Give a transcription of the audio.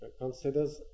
considers